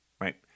right